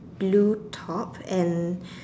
blue top and